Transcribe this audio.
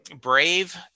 Brave